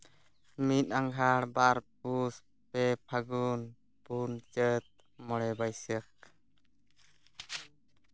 ᱢᱤᱫ ᱟᱸᱜᱷᱟᱲ ᱵᱟᱨ ᱯᱩᱥ ᱯᱮ ᱯᱷᱟᱹᱜᱩᱱ ᱯᱩᱱ ᱪᱟᱹᱛ ᱢᱚᱬᱮ ᱵᱟᱹᱭᱥᱟᱹᱠᱷ